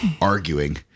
arguing